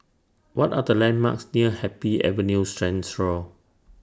What Are The landmarks near Happy Avenue Central